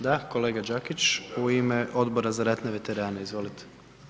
Da, kolega Đakić, u ime Odbora za ratne veterane, izvolite.